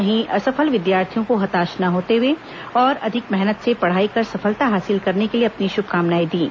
वहीं असफल विद्यार्थियों को हताश न होते हुए और अधिक मेहनत से पढ़ाई कर सफलता हासिल करने के लिए अपनी शुभकामनाएं दीं